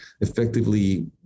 effectively